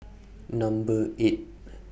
Number eight